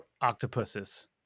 Octopuses